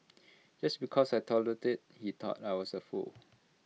just because I tolerated he thought I was the fool